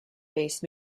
based